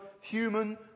human